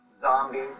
Zombies